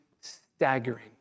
staggering